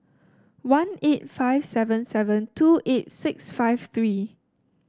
one eight five seven seven two eight six five three